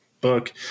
book